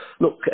Look